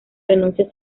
renuncia